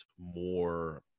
more